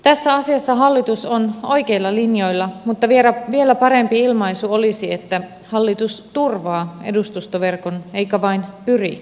tässä asiassa hallitus on oikeilla linjoilla mutta vielä parempi ilmaisu olisi että hallitus turvaa edustustoverkon eikä vain pyri niin tekemään